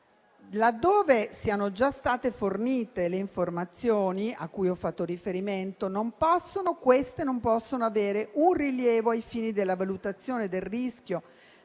laddove siano già state fornite le informazioni a cui ho fatto riferimento, queste non possono avere un rilievo ai fini della valutazione del rischio